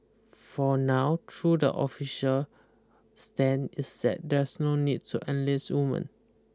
for now through the official stand is that there's no need to enlist women